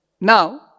Now